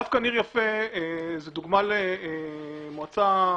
דווקא ניר-יפה זו דוגמה למועצה אזורית,